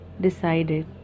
decided